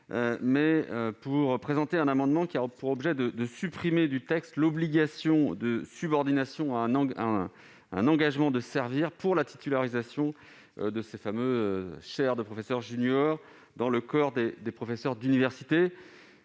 titularisation ! Mon amendement a pour objet de supprimer du texte l'obligation de subordination à un engagement de servir pour la titularisation des chaires de professeur junior dans le corps des professeurs d'université.